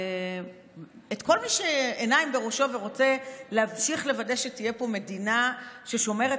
את כל מי שעיניו בראשו ורוצה להמשיך לוודא שתהיה פה מדינה ששומרת